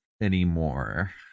anymore